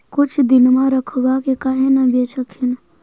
कुछ दिनमा रखबा के काहे न बेच हखिन?